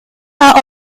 are